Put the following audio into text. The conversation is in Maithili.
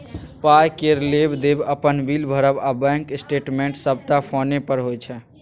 पाइ केर लेब देब, अपन बिल भरब आ बैंक स्टेटमेंट सबटा फोने पर होइ छै